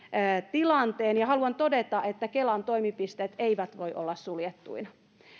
tilanteen ja haluan todeta että kelan toimipisteet eivät voi olla suljettuina